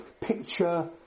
picture